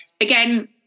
Again